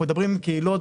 אנחנו מדברים עם קהילות,